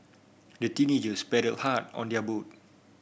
the teenagers paddled hard on their boat